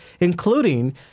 including